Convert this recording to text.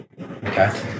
Okay